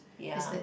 ya